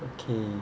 okay